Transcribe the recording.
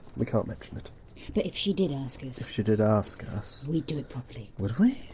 we can't mention it. but if she did ask us. if she did ask us. we'd do it properly. would we,